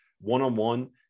one-on-one